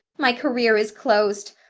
my career is closed.